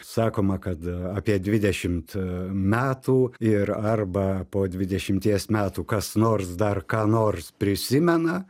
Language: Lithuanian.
sakoma kad apie dvidešimt metų ir arba po dvidešimties metų kas nors dar ką nors prisimena